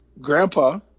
Grandpa